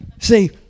See